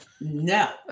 no